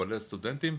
כולל הסטודנטים,